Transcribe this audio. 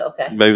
Okay